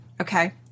okay